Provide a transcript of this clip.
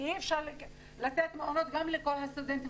כי אי-אפשר לתת גם מעונות לכל הסטודנטים,